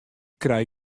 krij